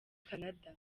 canada